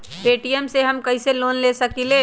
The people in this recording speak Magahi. पे.टी.एम से हम कईसे लोन ले सकीले?